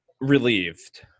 relieved